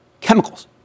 chemicals